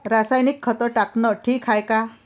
रासायनिक खत टाकनं ठीक हाये का?